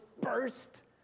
burst